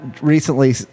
recently